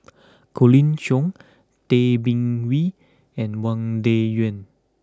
Colin Cheong Tay Bin Wee and Wang Dayuan